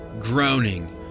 groaning